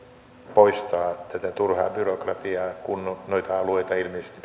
poistaa tätä turhaa byrokratiaa kun noita alueita ilmeisesti